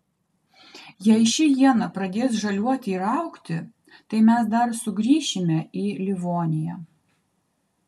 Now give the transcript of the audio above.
jei ši iena pradės žaliuoti ir augti tai mes dar sugrįšime į livoniją